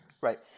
Right